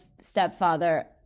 stepfather